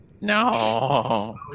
No